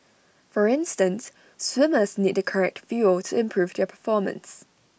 for instance swimmers need the correct fuel to improve their performance